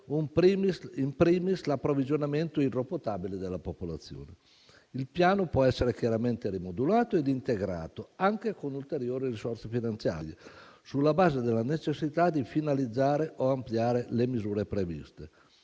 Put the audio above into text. *in primis* l'approvvigionamento idropotabile della popolazione. Il piano può essere chiaramente rimodulato ed integrato, anche con ulteriori risorse finanziarie, sulla base della necessità di finalizzare o ampliare le misure previste.